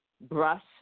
brush